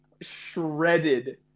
shredded